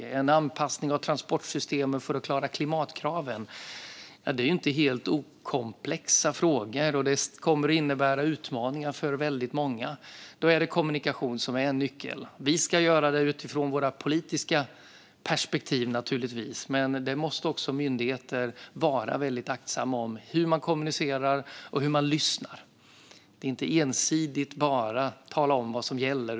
Det är en anpassning av transportsystemen för att klara klimatkraven. Det är inte helt okomplexa frågor. Det kommer att innebära utmaningar för väldigt många. Då är det kommunikation som är en nyckel. Vi ska naturligtvis göra det utifrån våra politiska perspektiv. Men också myndigheter måste vara väldigt aktsamma med hur man kommunicerar och lyssnar. Det gäller inte att bara ensidigt tala om vad som gäller.